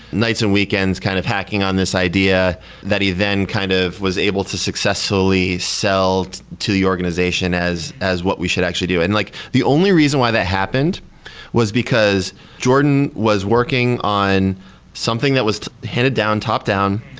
nights and weekends kind of hacking on this idea that he then kind of was able to successfully sell to the organization as as what we should actually do. and like the only reason why that happened was because jordan was working on something that was headed down top-down,